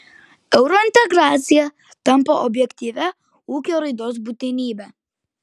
eurointegracija tampa objektyvia ūkio raidos būtinybe